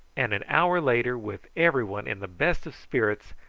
and an hour later, with every one in the best of spirits,